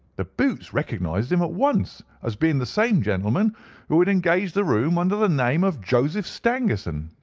the boots recognized him at once as being the same gentleman who had engaged the room under the name of joseph stangerson.